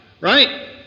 right